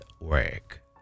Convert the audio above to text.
work